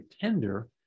tender